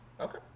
Okay